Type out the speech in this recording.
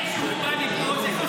זה שהוא בא לפה זה חוסר